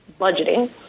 budgeting